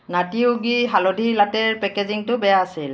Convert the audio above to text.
নাটী য়োগী হালধি লাটেৰ পেকেজিঙটো বেয়া আছিল